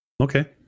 Okay